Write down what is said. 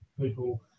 People